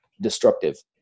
destructive